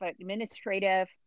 administrative